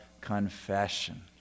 confession